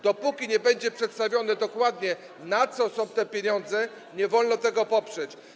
Dopóki nie będzie przedstawione dokładnie, na co są te pieniądze, nie wolno tego poprzeć.